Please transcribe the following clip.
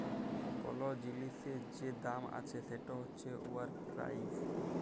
call জিলিসের যে দাম আছে সেট হছে উয়ার পেরাইস